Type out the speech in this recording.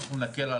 אין כזה דבר.